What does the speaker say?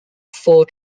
four